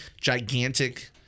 gigantic